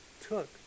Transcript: took